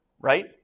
Right